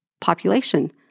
population